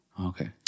Okay